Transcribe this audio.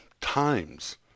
times